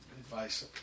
advice